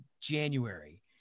January